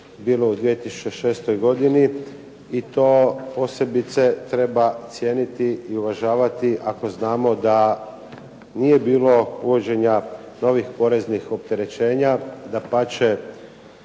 bilo u 2006. godini i to posebice treba cijeniti i uvažavati ako znamo da nije bilo uvođenja novih poreznih opterećenja. Dapače,